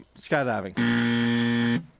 skydiving